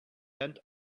bent